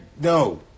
No